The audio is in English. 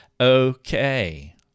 okay